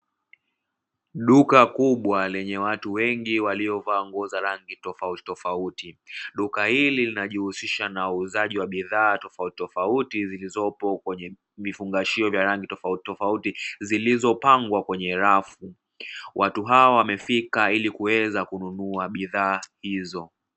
Duka kubwa lenye watu wengi waliovaa nguo za rangi tofautitofauti, duka hili linajihusisha na uuzaji wa bidhaa tofautitofauti zilizopo kwenye vifungashio vya rangi tofautitofauti, zilizopangwa kwenye rafu. Watu hawa wamefika ili kuweza kununua bidhaa hizo.